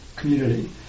community